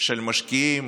של משקיעים